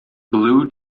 blue